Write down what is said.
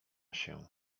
się